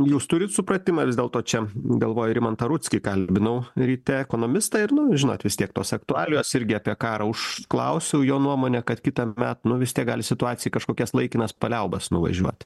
jūs turit supratimą vis dėlto čia galvoji rimantą rudzkį kalbinau ryte ekonomistą ir nu žinot vis tiek tos aktualijos irgi apie karą užklausiau jo nuomonę kad kitąmet nu vis tiek gali situacija į kažkokias laikinas paliaubas nuvažiuot